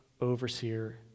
overseer